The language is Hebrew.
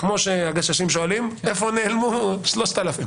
כמו ש-"הגששים" שואלים: איפה נעלמו שלושת אלפים?